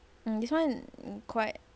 and this one quite